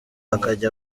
akajya